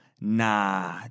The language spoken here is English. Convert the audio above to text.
nah